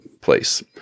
place